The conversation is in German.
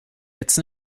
jetzt